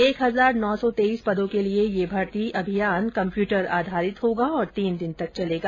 एक हजार नौ सौ तेइस पदों के लिए यह भर्ती अभियान कंप्यूटर आधारित होगा और तीन दिन तक चलेगा